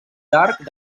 d’arc